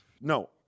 No